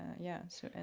yeah so, and